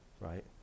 right